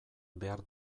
behar